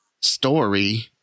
Story